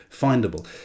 findable